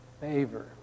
favor